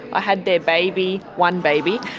i had their baby, one baby.